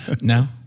no